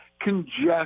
congestion